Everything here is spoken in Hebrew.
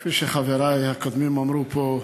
כפי שחברי הקודמים אמרו פה,